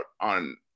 on